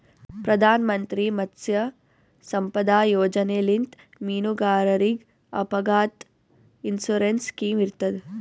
ಪ್ರಧಾನ್ ಮಂತ್ರಿ ಮತ್ಸ್ಯ ಸಂಪದಾ ಯೋಜನೆಲಿಂತ್ ಮೀನುಗಾರರಿಗ್ ಅಪಘಾತ್ ಇನ್ಸೂರೆನ್ಸ್ ಸ್ಕಿಮ್ ಇರ್ತದ್